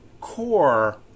core